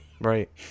Right